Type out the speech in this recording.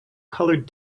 colored